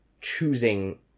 choosing